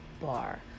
bar